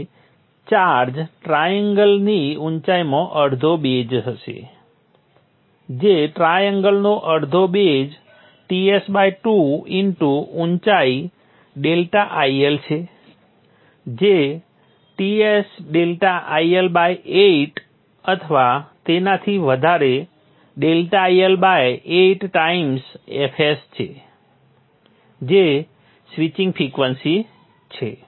આથી ચાર્જ ટ્રાએંગલની ઊંચાઈમાં અડધો બેઝ હશે જે ટ્રાએંગલનો અડધો બેઝ Ts2 ઇન્ટુ ઊંચાઈ ∆IL છે જે Ts∆IL 8 અથવા તેનાથી વધારે ∆IL 8 ટાઈમ્સ fs છે જે સ્વિચિંગ ફ્રિક્વન્સી છે